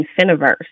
Infiniverse